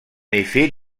effet